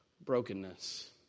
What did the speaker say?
brokenness